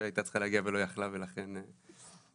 שהייתה צריכה להגיע ולא יכלה ולכן אני פה,